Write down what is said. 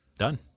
Done